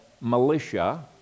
militia